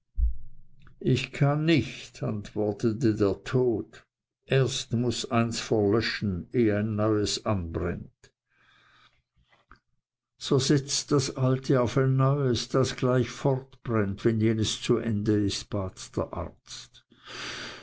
ich kann nicht antwortete der tod erst muß eins verlöschen eh ein neues anbrennt so setzt das alte auf ein neues das gleich fortbrennt wenn jenes zu ende ist bat der arzt